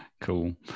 Cool